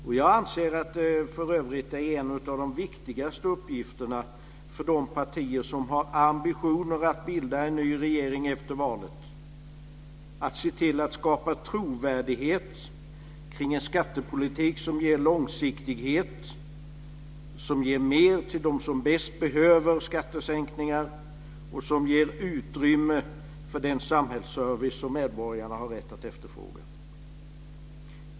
För övrigt anser jag att en av de viktigaste uppgifterna för de partier som har ambitionen att bilda en ny regering efter valet är att se till att skapa trovärdighet kring en skattepolitik som ger långsiktighet, som ger mer till dem som bäst behöver skattesänkningar och som ger utrymme för den samhällsservice som medborgarna har rätt att efterfråga.